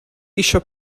eisiau